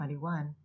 2021